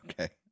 Okay